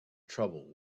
trouble